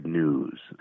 News